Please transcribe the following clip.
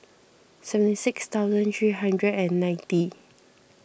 seventy six thousand three hundred and ninety